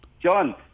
John